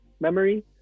memory